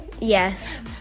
Yes